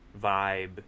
vibe